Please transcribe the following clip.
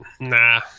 nah